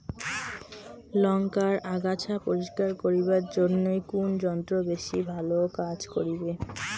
লংকার আগাছা পরিস্কার করিবার জইন্যে কুন যন্ত্র বেশি ভালো কাজ করিবে?